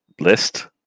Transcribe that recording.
list